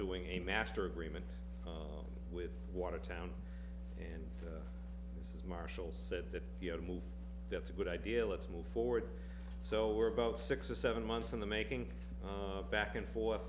doing a master agreement with watertown and this is marshall said that you know move that's a good idea let's move forward so we're about six or seven months in the making back and forth